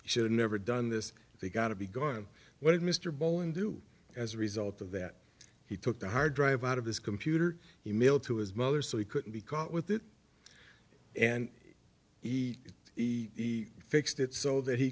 should never done this they've got to be gone what mr bowen do as a result of that he took the hard drive out of his computer he mailed to his mother so he could be caught with it and he he fixed it so that he